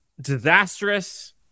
Disastrous